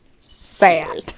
sad